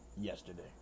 yesterday